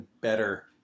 better